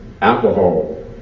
alcohol